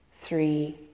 three